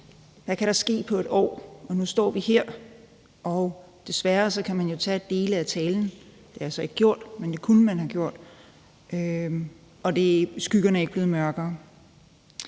Hvad kan der ske på et år? Og nu står vi her, og desværre kan man jo tage dele af talen. Det har jeg så ikke gjort, men det kunne man have gjort. Og skyggerne er ikke blevet mørkere.